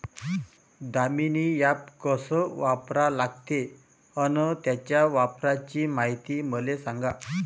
Damini app कस वापरा लागते? अन त्याच्या वापराची मायती मले सांगा